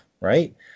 right